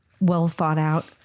well-thought-out